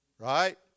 Right